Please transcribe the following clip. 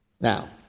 Now